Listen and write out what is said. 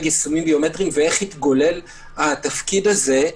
יישומים ביומטריים ואיך התגולל התפקיד הזה.